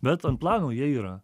bet and plano jie yra